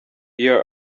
here